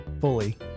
fully